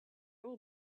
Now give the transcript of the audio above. will